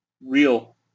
real